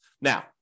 Now